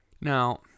Now